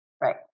Right